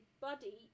buddy